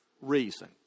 reason